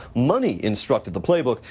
money, instructed the playbook,